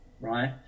right